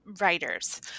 writers